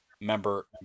member